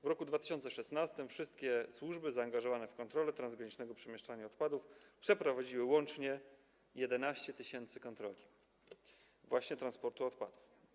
W roku 2016 wszystkie służby zaangażowane w kontrolę transgranicznego przemieszczania odpadów przeprowadziły łącznie 11 tys. kontroli właśnie transportu odpadów.